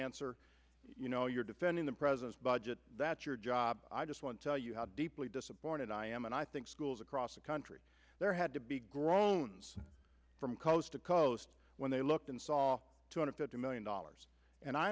answer you know you're defending the president's budget that's your job i just want to tell you how deeply disappointed i am and i think schools across the country there had to be groans from coast to coast when they looked and saw two hundred fifty million dollars and i